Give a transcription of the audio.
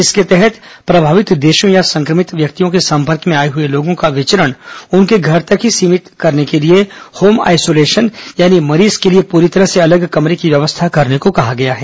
इसके तहत प्रभावित देशों या संक्रमित व्यक्ति के संपर्क में आए हुए लोगों का विचरण उनके घर तक ही सीमित करने के लिए होम आइसोलेशन यानी मरीज के लिए पूरी तरह से अलग कमरे की व्यवस्था करने को कहा गया है